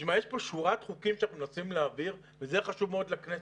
יש כאן שורת חוקים שאנחנו מנסים להעביר וזה חשוב מאוד להכנסת.